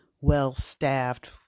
well-staffed